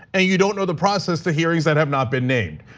and you don't know the process, the hearings that have not been named,